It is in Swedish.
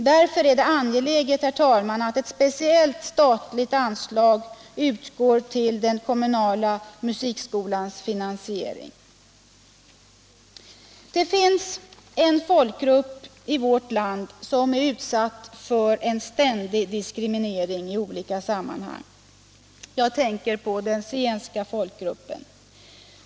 Därför är det angeläget, herr talman, att ett speciellt statligt anslag utgår till den kommunala musikskolans finansiering. Det finns en folkgrupp i vårt land som är utsatt för en ständig diskriminering i olika sammanhang. Jag tänker på den zigenska folkgruppen.